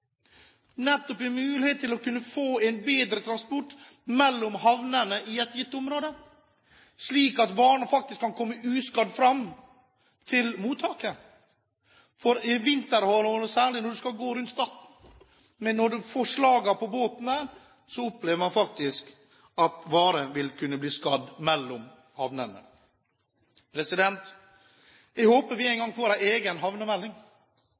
til å kunne få en bedre transport mellom havnene i et gitt område, slik at varene faktisk kan komme uskadd fram til mottaker. For i vinterhalvåret særlig når man skal gå rundt Stad, og når man får slag på båten der, så opplever man faktisk at varer vil kunne bli skadd mellom havnene. Jeg håper vi en gang får en egen havnemelding,